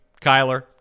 Kyler